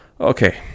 Okay